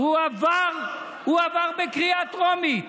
הוא עבר בקריאה טרומית,